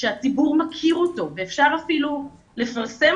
שהציבור מכיר אותו ואפשר אפילו לפרסם